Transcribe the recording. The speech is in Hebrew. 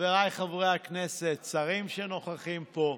חבריי חברי הכנסת, שרים שנוכחים פה,